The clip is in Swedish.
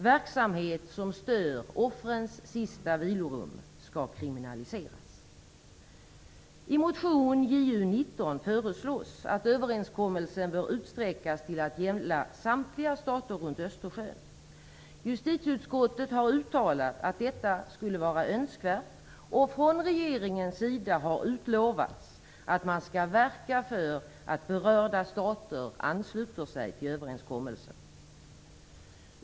Verksamhet som stör offrens sista vilorum skall kriminaliseras. Justitieutskottet har uttalat att detta skulle vara önskvärt, och från regeringens sida har utlovats att man skall verka för att berörda stater ansluter sig till överenskommelsen.